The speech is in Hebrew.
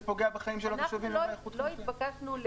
פוגע בחיים של התושבים ובאיכות חייהם.